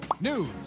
news